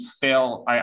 fail